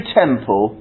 temple